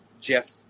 Jeff